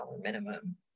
minimum